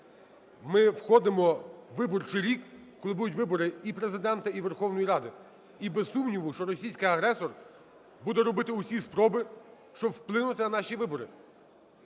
Ми входимо у виборчій рік, коли будуть вибори і Президента, і Верховної Ради. І без сумніву, що російський агресор буде робити всі спроби, щоб вплинути на наші вибори.